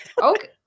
okay